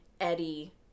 Eddie